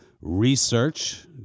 research